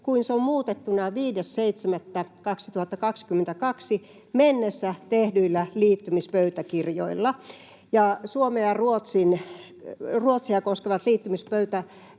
kuin se on muutettuna 5.7.2022 mennessä tehdyillä liittymispöytäkirjoilla”. Suomea ja Ruotsia koskevat liittymispöytäkirjathan